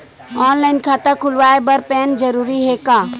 Online खाता खुलवाय बर पैन जरूरी हे का?